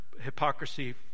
hypocrisy